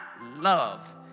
love